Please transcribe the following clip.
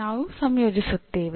ನಾವು ಸಂಯೋಜಿಸುತ್ತೇವೆ